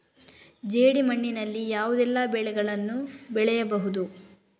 ಜೇಡಿ ಮಣ್ಣಿನಲ್ಲಿ ಯಾವುದೆಲ್ಲ ಬೆಳೆಗಳನ್ನು ಬೆಳೆಯಬಹುದು?